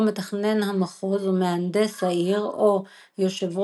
או מתכנן המחוז או מהנדס העיר או יו"ר